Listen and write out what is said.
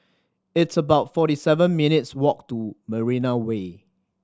it's about forty seven minutes' walk to Marina Way